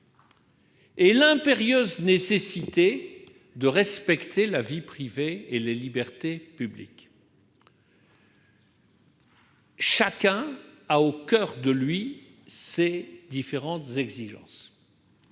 et l'impérieuse nécessité de respecter la vie privée et les libertés publiques. Chacun a au fond de lui ces différentes exigences.